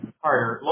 harder